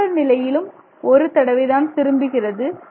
critical நிலையிலும் ஒரு தடவை தான் திரும்புகிறது